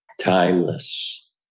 Timeless